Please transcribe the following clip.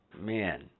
man